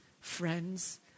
friends